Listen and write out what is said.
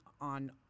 on